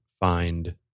find